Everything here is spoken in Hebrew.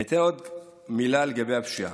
עוד מילה לגבי הפשיעה: